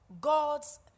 God's